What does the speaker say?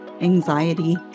anxiety